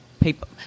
people